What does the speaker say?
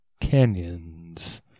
Canyons